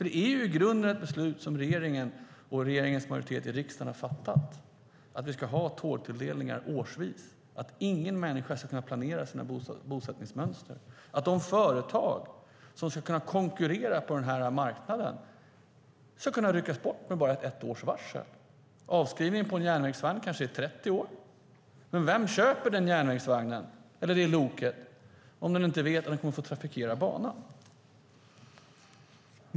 Det är i grunden ett beslut som regeringen och den regeringsstödda majoriteten i riksdagen har fattat, att vi ska ha tågtilldelningar årsvis, att ingen människa ska kunna planera sitt bosättningsmönster, att de företag som ska konkurrera på den marknaden kan ryckas bort med bara ett års varsel. Avskrivningen på en järnvägsvagn är kanske 30 år. Vem köper den järnvägsvagnen, eller det loket, om man inte vet att man kommer att få trafikera banan?